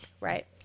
Right